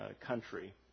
country